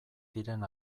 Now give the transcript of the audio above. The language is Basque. diren